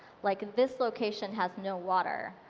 like, this location has no water.